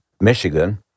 Michigan